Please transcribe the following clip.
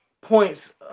points